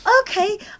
Okay